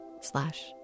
slash